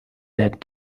that